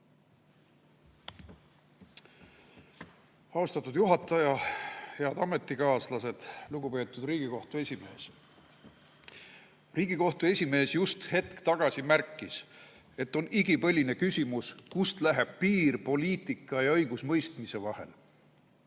Austatud juhataja! Head ametikaaslased! Lugupeetud Riigikohtu esimees! Riigikohtu esimees just hetk tagasi märkis, et on igipõline küsimus, kust läheb piir poliitika ja õigusemõistmise vahel.